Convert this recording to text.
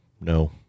no